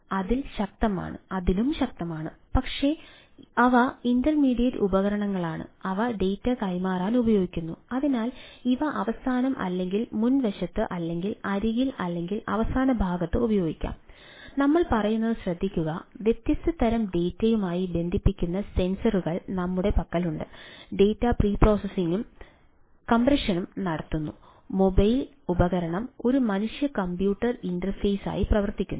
അതിനാൽ അതിൽ ശക്തമാണ് പക്ഷേ അവ ഇന്റർമീഡിയറ്റ് വർത്തിക്കുന്നു